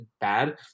bad